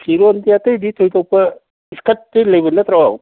ꯐꯤꯔꯣꯟꯗꯤ ꯑꯇꯩꯗꯤ ꯊꯣꯏꯗꯣꯛꯄ ꯏꯁꯀ꯭ꯔꯠꯇꯤ ꯂꯩꯕ ꯅꯠꯇ꯭ꯔꯣ